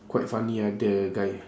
quite funny ah the guy